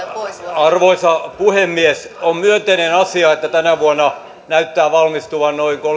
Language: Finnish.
arvoisa puhemies on myönteinen asia että tänä vuonna näyttää valmistuvan noin